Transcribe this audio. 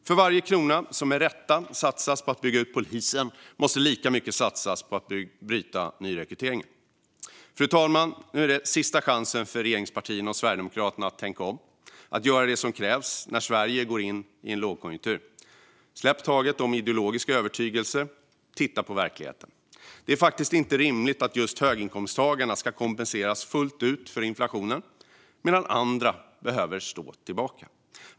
För varje krona som, med rätta, satsas på att bygga ut polisen måste lika mycket satsas på att bryta nyrekryteringen. Fru talman! Nu är det sista chansen för regeringspartierna och Sverigedemokraterna att tänka om och göra det som krävs när Sverige går in i en lågkonjunktur. Släpp taget om ideologiska övertygelser! Titta på verkligheten! Det är faktiskt inte rimligt att höginkomsttagarna ska kompenseras fullt ut för inflationen medan andra behöver stå tillbaka.